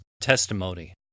testimony